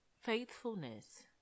faithfulness